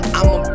I'ma